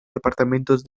departamentos